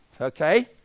okay